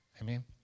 Amen